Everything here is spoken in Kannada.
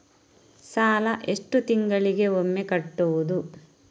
ಸಾಲ ಎಷ್ಟು ತಿಂಗಳಿಗೆ ಒಮ್ಮೆ ಕಟ್ಟುವುದು?